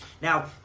now